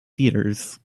theatres